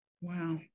Wow